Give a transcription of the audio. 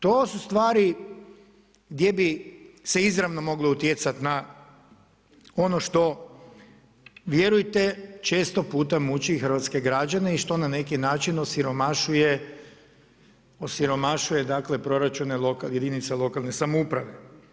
To su stvari gdje bi se izravno moglo utjecati na ono što vjerujte često puta muči hrvatske građane i što na neki način osiromašuje proračun jedinica lokalne samouprave.